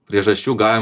priežasčių galima